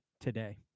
today